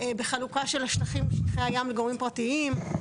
בחלוקה של שטחי הים לגורמים פרטיים,